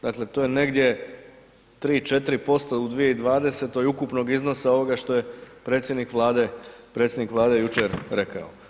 Dakle, to je negdje 3 – 4% u 2020. ukupnog iznosa ovoga što je predsjednik Vlade, predsjednik Vlade jučer rekao.